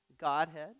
Godhead